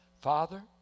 Father